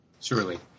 Surely